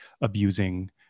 abusing